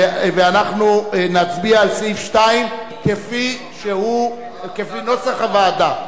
ואנחנו נצביע על סעיף 2, כפי נוסח הוועדה.